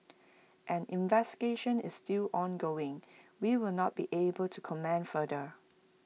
an investigation is still ongoing we will not be able to comment further